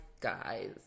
guys